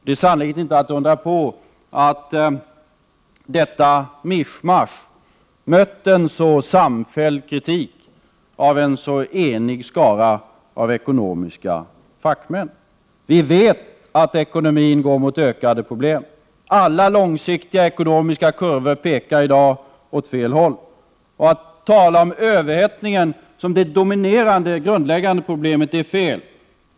Det är sannerligen inte att undra på att detta mischmasch mött en så samfälld kritik av en så enig skara av ekonomiska fackmän. Vi vet att svensk ekonomi går mot ökande problem. Alla långsiktiga kurvor pekar i dag åt fel håll. Att tala om den s.k. överhettningen som det dominerande, grundläggande problemet är alldeles fel.